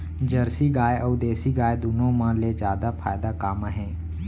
Jersey गाय अऊ देसी गाय दूनो मा ले जादा फायदा का मा हे?